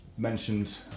Mentioned